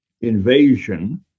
invasion